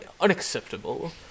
unacceptable